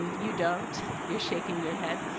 you don't. you're shaking your head.